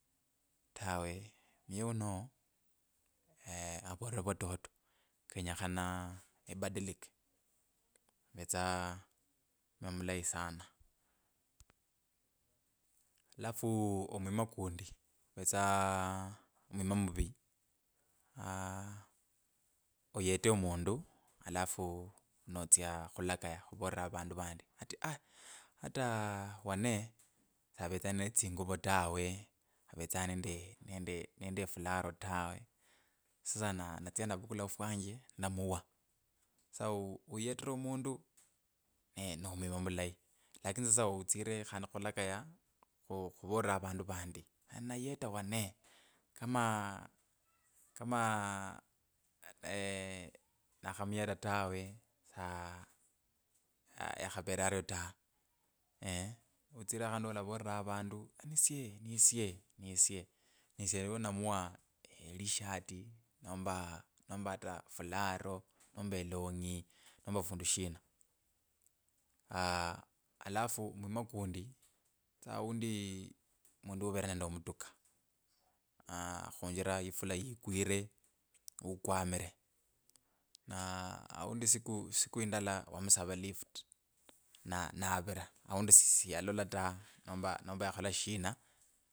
Tawe muye uno avolire vwatoto, kenyekhana ebadilike kuvetsa mwima mulayi sana, alafu omwima kundi kuvetsa omwima muvi. aaa iyeta omundu alafu notsya khulakaya khuvolera avandu vandi ati aiii ata wane savetsa nende tsinguvo tawe avetsa nende nende nende fularo tawe sasa natsya navukula ofwenje namuwa sa, u- uyetire omundu no mwima mulayi lakini sasa utsire khandi khulanyanga khu ukhuvolera avandu vandi nayeya wane, kama kama nakhamuyeta tawe, sa aa yakhavera arya ta, utsire khandi olavolera avandu nisye nisye nisye nisye unamuwa elishati nomba nomba ata ofularo nomba elongi nomba fundu shina. alafu mwima kundi kuvetsa aundi mundu avere nende omutuka aa khunjira ifula yikwire ukwamire naaa aundi siku siku indala wamusave lift na navira aundi siyaola ta nomba yakhola shina.